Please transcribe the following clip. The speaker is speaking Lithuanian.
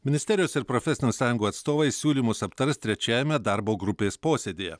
ministerijos ir profesinių sąjungų atstovai siūlymus aptars trečiajame darbo grupės posėdyje